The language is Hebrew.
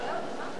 חוק לתיקון פקודת